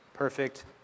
perfect